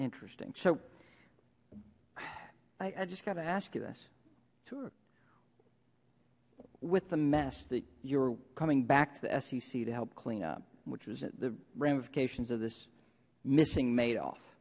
interesting show i just got to ask you this too with the mess that you're coming back to the sec to help clean up which was at the ramifications of this missing madoff